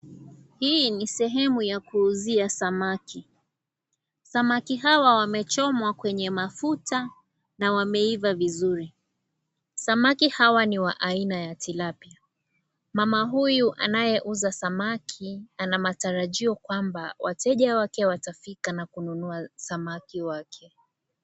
Hii sehemu ya kuuzia samaki. Samaki hawa wamechomwa kwenye mafuta na wameiva vizuri. Samaki hawa ni wa aina ya tilapia. Mama huyu anayeuza samaki ana matarajio kwamba wateja wake watafika na kununua samaki wake.